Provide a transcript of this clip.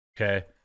Okay